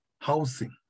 housing